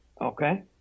okay